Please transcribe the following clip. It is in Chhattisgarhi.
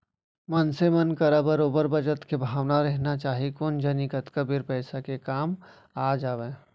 मनसे मन करा बरोबर बचत के भावना रहिना चाही कोन जनी कतका बेर पइसा के काम आ जावय